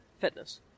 fitness